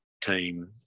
team